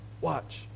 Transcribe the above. Watch